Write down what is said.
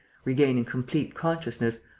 regaining complete consciousness,